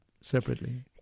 separately